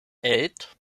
eight